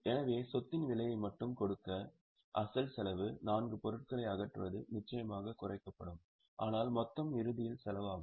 எனவே சொத்தின் விலையை மட்டும் கொடுக்க அசல் செலவு நான்கு பொருட்களை அகற்றுவது நிச்சயமாக குறைக்கப்படும் ஆனால் மொத்தம் இறுதியில் செலவாகும்